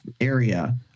area